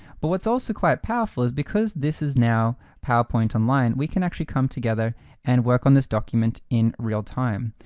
but what's also quite powerful is because this is now powerpoint online, we can actually come together and work on this document in real-time.